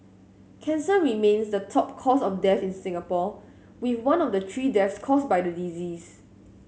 cancer remains the top cause of death in Singapore with one of the three deaths caused by the disease